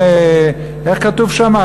איך כתוב שם,